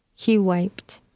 he wiped.